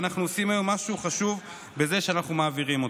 ואנחנו עושים היום משהו חשוב בזה שאנחנו מעבירים אותו.